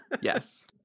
Yes